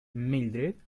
mildrid